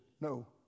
no